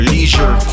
Leisure